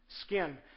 Skin